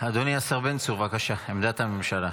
אדוני השר בן צור, בבקשה, עמדת הממשלה.